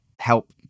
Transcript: help